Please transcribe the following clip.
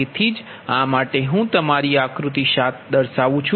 તેથી જ આ માટે હું તમારી આક્રુતિ 7 દર્શાવુ છુ